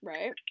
Right